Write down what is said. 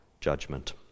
judgment